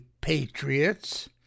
Patriots